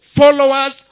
followers